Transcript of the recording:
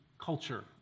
culture